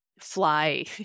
fly